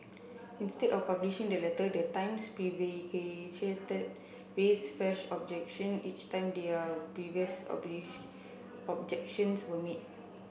instead of publishing the letter the times raised fresh objection each time their previous objections were met